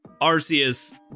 Arceus